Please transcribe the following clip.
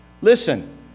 listen